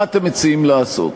מה אתם מציעים לעשות?